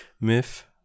Myth